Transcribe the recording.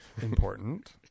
important